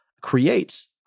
creates